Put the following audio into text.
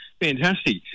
fantastic